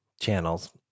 channels